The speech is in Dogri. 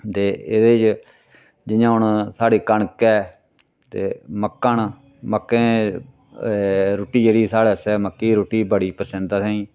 दे एह्दे च जियां हून साढ़ी कनक ऐ ते मक्कां न मक्कें रुट्टी जेह्ड़ी साढ़े आस्तै मक्की दी रुट्टी बड़ी पसंद असेंगी